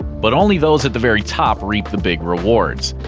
but only those at the very top reap the big rewards.